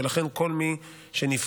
ולכן כל מי שנפגע,